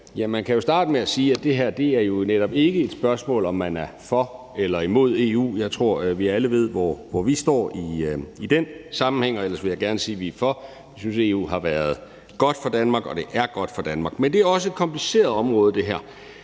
man kan jo starte med at sige, at det her jo netop ikke er et spørgsmål om, om man er for eller imod EU. Jeg tror, vi alle ved, hvor vi står i den sammenhæng, og ellers vil jeg gerne sige, at vi er for. Vi synes, at EU har været godt for Danmark, og at det er godt for Danmark, men det her også er et kompliceret område, og jeg